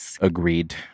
agreed